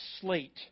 slate